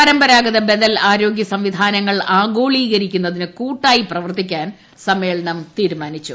പരമ്പരാഗത ബദൽ ആരോഗ്യ സംവിധാനങ്ങൾ ആഗോളീകരിക്കുന്നതിന് കൂട്ടായി പ്രവർത്തിക്കാൻ സമ്മേളനം തീരുമാനിച്ചു